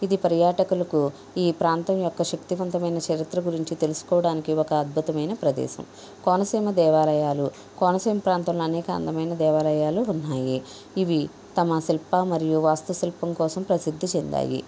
ఇది పర్యాటకులకు ఈ ప్రాంతం యొక్క శక్తివంతమైన చరిత్ర గురించి తెలుసుకోవడానికి ఒక అద్భుతమైన ప్రదేశం కోనసీమ దేవాలయాలు కోనసీమ ప్రాంతంలో అనేక అందమైన దేవాలయాలు ఉన్నాయి ఇవి తమ శిల్ప మరియు వాస్తు శిల్పం కోసం ప్రసిద్ధి చెందాయి